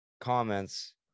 comments